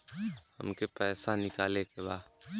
हमके पैसा निकाले के बा